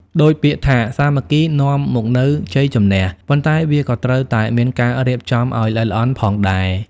ដូចពាក្យថា សាមគ្គីនាំមកនៅជ័យជំនះ ប៉ុន្តែវាក៏ត្រូវតែមានការរៀបចំឲ្យល្អិតល្អន់ផងដែរ។